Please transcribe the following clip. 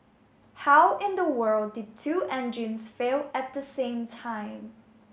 how in the world did two engines fail at the same time